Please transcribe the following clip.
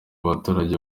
n’abaturage